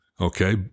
Okay